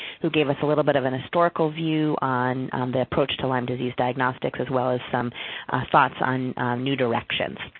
who gave us a little bit of a and historical view on the approach to lyme disease diagnostics, as well as some thoughts on new directions.